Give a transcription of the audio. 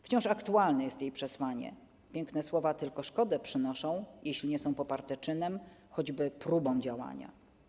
Wciąż aktualne jest jej przesłanie: 'Piękne słowa tylko szkodę przynoszą, jeśli nie są poparte czynem, choćby próbą działania'